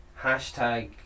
Hashtag